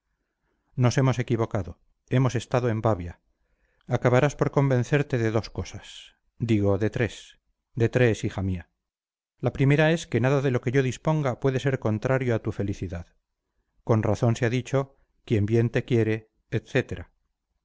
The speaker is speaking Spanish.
nos hemos equivocado hemos estado en babia acabarás por convencerte de dos cosas digo de tres de tres hija mía la primera es que nada de lo que yo disponga puede ser contrario a tu felicidad con razón se ha dicho quien bien te quiere etcétera